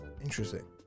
Interesting